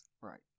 Right